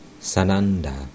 Sananda